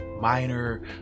Minor